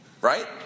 Right